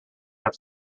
have